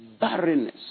barrenness